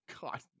God